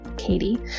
Katie